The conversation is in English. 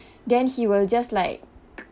then he will just like